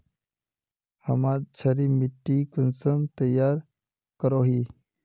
हमार क्षारी मिट्टी कुंसम तैयार करोही?